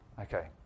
okay